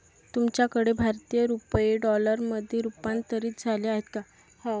तुमच्याकडे भारतीय रुपये डॉलरमध्ये रूपांतरित झाले आहेत का?